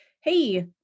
hey